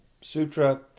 Sutra